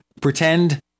Pretend